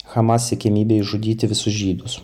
hamas siekiamybė išžudyti visus žydus